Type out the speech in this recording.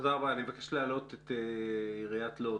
אני מבקש להעלות את עיריית לוד,